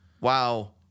Wow